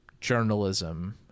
journalism